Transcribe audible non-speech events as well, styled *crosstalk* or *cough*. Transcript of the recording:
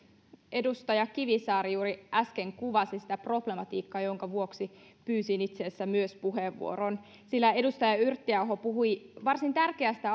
edustaja kivisaari juuri äsken kuvasi sitä problematiikkaa jonka vuoksi pyysin itse asiassa myös puheenvuoron sillä edustaja yrttiaho puhui varsin tärkeästä *unintelligible*